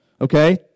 okay